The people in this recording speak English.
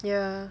ya